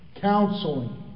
Counseling